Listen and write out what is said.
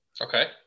Okay